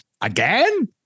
again